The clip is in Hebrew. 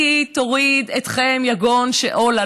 היא תוריד אתכם יגון שאולה.